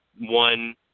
one